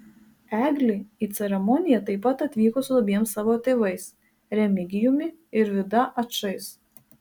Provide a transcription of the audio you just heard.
eglė į ceremoniją taip pat atvyko su abiem savo tėvais remigijumi ir vida ačais